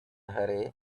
harry